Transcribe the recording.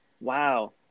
wow